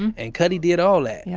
and and cutty did all and yeah